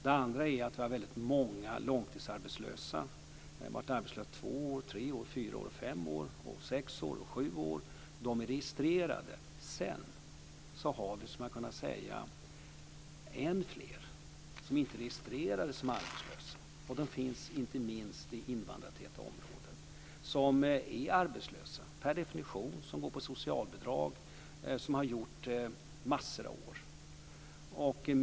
Det andra är att vi har många långtidsarbetslösa som har varit arbetslösa två, tre, fyra, fem, sex och sju år. De är registrerade. Sedan har vi, skulle man kunna säga, än fler som inte är registrerade som arbetslösa. De finns inte minst i invandrartäta områden. De är arbetslösa per definition, går på socialbidrag och har gjort det i massor av år.